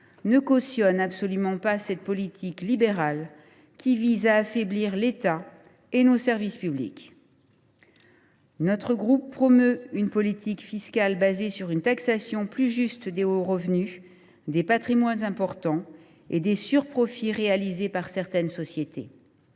ne cautionne absolument pas cette politique libérale, qui vise à affaiblir l’État et nos services publics. Il promeut une politique fiscale fondée sur une taxation plus juste des hauts revenus, des patrimoines importants et des surprofits réalisés par certaines sociétés.